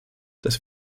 dass